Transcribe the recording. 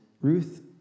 Ruth